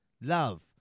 love